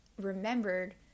remembered